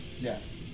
Yes